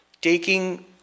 taking